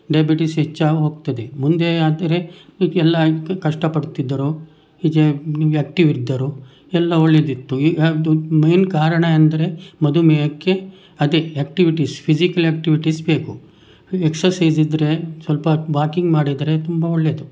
diabetes ಹೆಚ್ಚಾಗೋಗ್ತದೆ ಮುಂದೆ ಆದರೆ ಈಗೆಲ್ಲ ಕಷ್ಟ ಪಡುತ್ತಿದ್ದರು ಈಚೆ ಆಕ್ಟಿವ್ ಇದ್ದರು ಎಲ್ಲ ಒಳ್ಳೆದಿತ್ತು ಈಗ ಅದು ಮೇಯ್ನ್ ಕಾರಣ ಎಂದರೆ ಮಧುಮೇಹಕ್ಕೆ ಅದೆ ಆಕ್ಟಿವಿಟಿಸ್ ಫಿಸಿಕಲ್ ಆಕ್ಟಿವಿಟಿಸ್ ಬೇಕು ಎಕ್ಸರ್ಸೈಸ್ ಇದ್ದರೆ ಸ್ವಲ್ಪ ವಾಕಿಂಗ್ ಮಾಡಿದರೆ ತುಂಬ ಒಳ್ಳೇದು